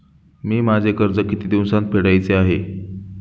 मी माझे कर्ज किती दिवसांत फेडायचे आहे?